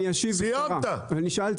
אני מצטער, אבל זו באמת חוצפה.